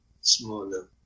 smaller